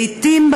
לעיתים,